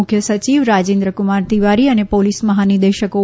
મુખ્ય સચિવ રાજેન્દ્ર કુમાર તિવારી અને પોલીસ મહાનિદેશક ઓ